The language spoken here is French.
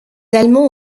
allemands